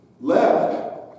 left